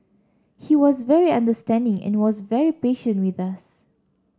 he was very understanding and was very patient with us